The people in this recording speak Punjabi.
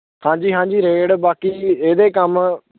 ਹਾਂਜੀ ਹਾਂਜੀ ਰੇਡ ਬਾਕੀ ਇਹਦੇ ਕੰਮ